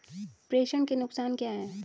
प्रेषण के नुकसान क्या हैं?